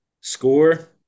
Score